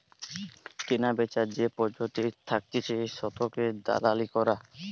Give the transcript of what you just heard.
কেনাবেচার যে পদ্ধতি থাকতিছে শতকের দালালি করা